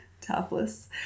Topless